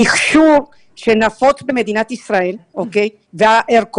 המכשור והערכות שנפוצים במדינת ישראל הם